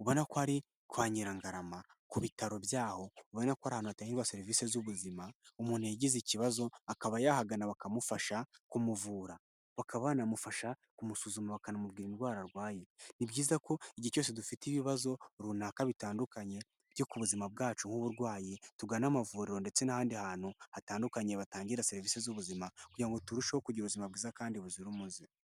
ubona ko ari kwa Nyirangarama ku bitaro byaho, ubona ko ari ahantu hatangagirwa serivisi z'ubuzima, umuntu yagize ikibazo akaba yahagana bakamufasha kumuvura. Bakaba banamufasha kumusuzuma bakanamubwira indwara arwaye. Ni byiza ko igihe cyose dufite ibibazo runaka bitandukanye byo ku buzima bwacu nk'uburwayi, tugana amavuriro ndetse n'ahandi hantu hatandukanye batangira serivisi z'ubuzima kugira ngo turusheho kugira ubuzima bwiza kandi buzira umuze.